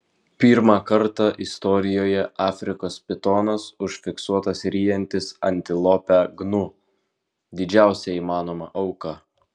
pirmą kartą istorijoje afrikos pitonas užfiksuotas ryjantis antilopę gnu didžiausią įmanomą auką